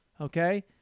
okay